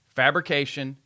fabrication